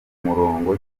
murongo